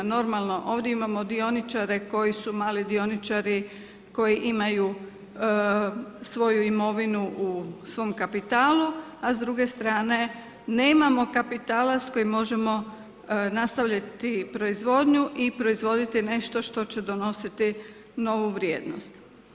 Normalno, ovdje imao dioničare, koji su mali dioničari, koji imaju svoju imovinu u svom kapitalu, a s druge strane nemamo kapitala s kojom možemo nastaviti proizvodnju i proizvoditi nešto što će donositit novu vrijednost.